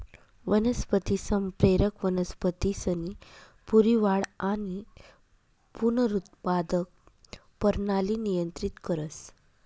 वनस्पती संप्रेरक वनस्पतीसनी पूरी वाढ आणि पुनरुत्पादक परणाली नियंत्रित करस